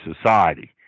society